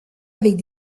avec